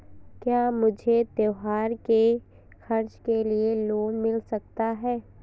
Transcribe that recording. क्या मुझे त्योहार के खर्च के लिए लोन मिल सकता है?